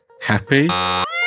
happy